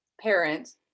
parents